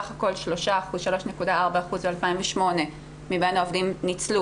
סך הכול 3.4% ב-2008 מבין העובדים ניצלו